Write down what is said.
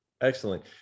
Excellent